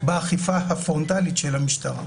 באיפה הפרונטלית של המשטרה.